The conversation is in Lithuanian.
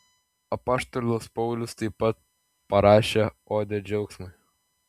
apaštalas paulius taip pat parašė odę džiaugsmui